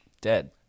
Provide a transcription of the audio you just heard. dead